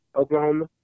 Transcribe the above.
Oklahoma